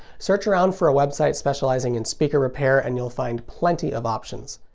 search around for a website specializing in speaker repair and you'll find plenty of options.